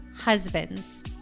husbands